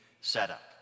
setup